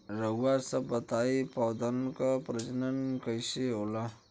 रउआ सभ बताई पौधन क प्रजनन कईसे होला?